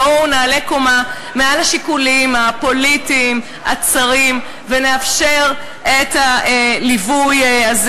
בואו נעלה קומה מעל השיקולים הפוליטיים הצרים ונאפשר את הליווי הזה.